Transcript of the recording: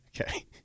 Okay